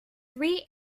three